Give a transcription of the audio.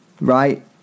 Right